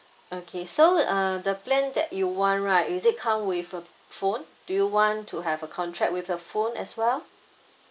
okay so uh the plan that you want right is it come with a phone do you want to have a contract with a phone as well